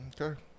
Okay